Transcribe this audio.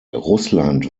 russland